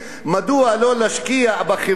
מדוע לא להשקיע בחברה,